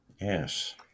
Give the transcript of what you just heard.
Yes